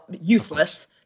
useless